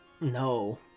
no